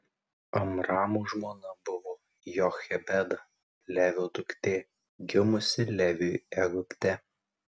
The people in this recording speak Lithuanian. amramo žmona buvo jochebeda levio duktė gimusi leviui egipte